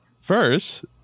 first